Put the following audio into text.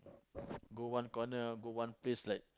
go one corner go one place like